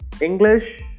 English